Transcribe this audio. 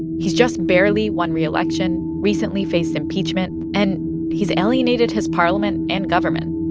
he's just barely won re-election, recently faced impeachment, and he's alienated his parliament and government.